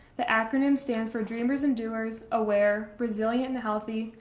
the acronym stands for dreamers and doers aware, resilient and healthy,